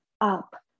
up